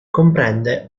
comprende